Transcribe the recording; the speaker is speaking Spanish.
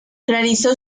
realizó